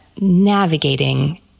navigating